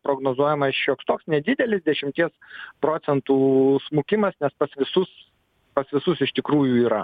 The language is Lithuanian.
prognozuojamas šioks toks nedidelis dešimties procentų smukimas nes pas visus pas visus iš tikrųjų yra